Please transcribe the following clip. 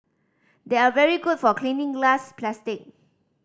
they are very good for cleaning glass plastic